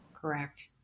Correct